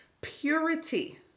purity